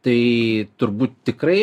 tai turbūt tikrai